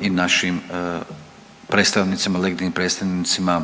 i našim predstavnicima, legitimnim predstavnicima